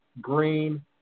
green